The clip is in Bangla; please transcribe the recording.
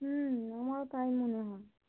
হুম আমারও তাই মনে হয়